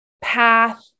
path